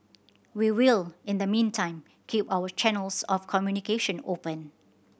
we will in the meantime keep our channels of communication open